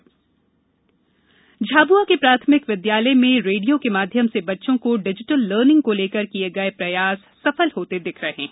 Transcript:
Jhabua radio विद्यालय झाबुआ के प्राथमिक विद्यालय में रेडियो के माध्यम से बच्चों को डिजिटल लार्निंग को लेकर किये गये प्रयास सफल होता दिख रहा है